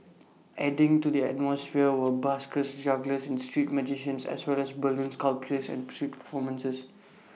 adding to the atmosphere were buskers jugglers and street magicians as well as balloon sculptures and music performances